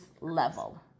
level